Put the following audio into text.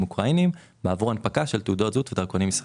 אוקראינים עבור הנפקה של תעודות זהות ודרכונים ישראלים.